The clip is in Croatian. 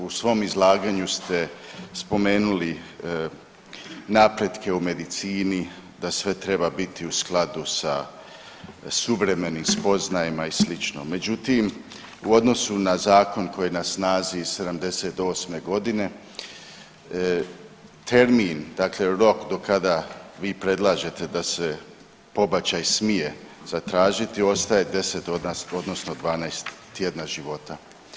U svom izlaganju ste spomenuli napretke u medicini, da sve treba biti u skladu sa suvremenim spoznajama i sl., međutim u odnosu na zakon koji je na snazi iz '78.g. termin dakle rok do kada vi predlažete da se pobačaj smije zatražit ostaje 10 odnosno 12 tjedna života.